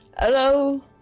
Hello